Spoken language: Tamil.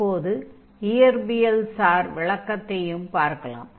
இப்போது இயற்பியல்சார் விளக்கத்தையும் பார்க்கலாம்